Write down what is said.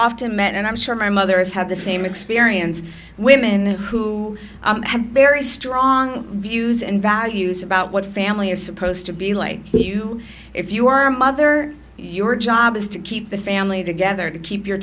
often met and i'm sure my mother is had the same experience women who have very strong views and values about what family is supposed to be like you if you are a mother your job is to keep the family together to keep your